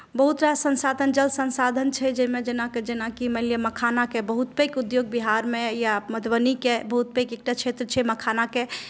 बहुत रास संसाधन जल संसाधन छै जाहिमे जेनाकि जेनाकि मानि लिअ मखानाके बहुत पैघ उद्योग बिहारमे या मधुबनीक बहुत पैघ एकटा क्षेत्र छै मखानाके